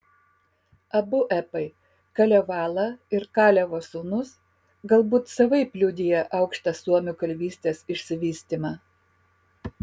abu epai kalevala ir kalevo sūnus galbūt savaip liudija aukštą suomių kalvystės išsivystymą